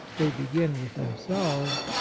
they begin with themselves,